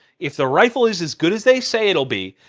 if the rifle is as good as they say it will be,